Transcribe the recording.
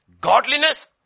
Godliness